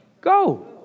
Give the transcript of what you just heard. Go